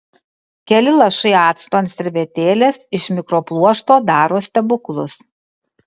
keli lašai acto ant servetėlės iš mikropluošto daro stebuklus